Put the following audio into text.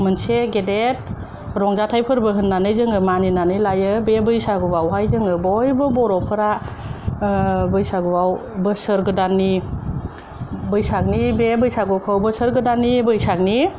मोनसे गेदेर रंजाथाइ फोरबो होननानै जोङो मानिनानै लायो बे बैसागुआवहाय जोङो बयबो बर'फोरा ओ बैसागुआव बोसोर गोदाननि बैसागनि बे बैसागुखौ बोसोर गोदाननि बैसागनि